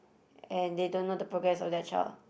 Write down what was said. and they don't know the progress of their child